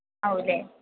ആകും അല്ലേ